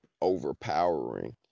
overpowering